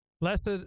Blessed